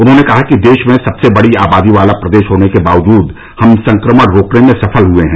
उन्होंने कहा कि देश में सबसे बड़ी आबादी वाला प्रदेश होने के बावजूद हम संक्रमण रोकने में सफल हुए हैं